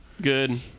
Good